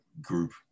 group